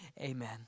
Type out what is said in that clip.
Amen